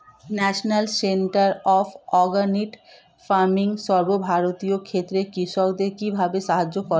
National centre of organic farming সর্বভারতীয় ক্ষেত্রে কৃষকদের কিভাবে সাহায্য করে?